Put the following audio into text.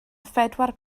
phedwar